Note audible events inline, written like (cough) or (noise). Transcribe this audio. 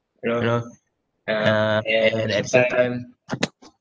you know uh and sometime (noise)